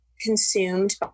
consumed